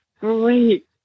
great